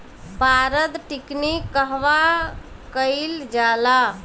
पारद टिक्णी कहवा कयील जाला?